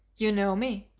you know me!